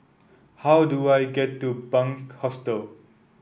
how do I get to Bunc Hostel